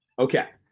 okay.